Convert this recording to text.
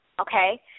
okay